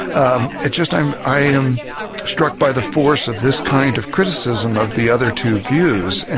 ah it's just i am i am struck by the force of this kind of criticism of the other two views. and